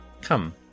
Come